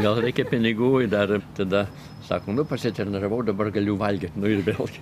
vėl reikia pinigų ir dar tada sako nu pasitreniravau dabar galiu valgyt nu ir vėl